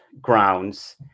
grounds